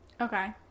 Okay